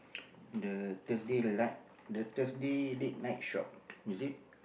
the Thursday light the Thursday late night shop is it